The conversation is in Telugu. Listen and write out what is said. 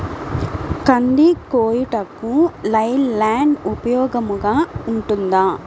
కంది కోయుటకు లై ల్యాండ్ ఉపయోగముగా ఉంటుందా?